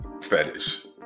fetish